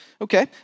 Okay